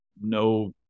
no